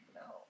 no